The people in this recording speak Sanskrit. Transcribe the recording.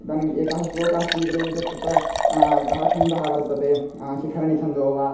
इदानीम् एकः श्लोकः स्वीक्रियते चेत् तत्र किं छन्दः वर्तते शिखराणि छन्दो वा